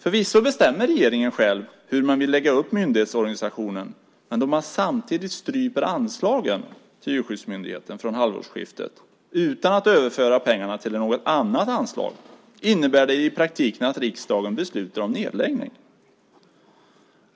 Förvisso bestämmer regeringen själv hur man vill lägga upp myndighetsorganisationen, men när man samtidigt stryper anslagen till Djurskyddsmyndigheten från halvårsskiftet, utan att överföra pengarna till något annat anslag, innebär det i praktiken att riksdagen beslutar om nedläggning.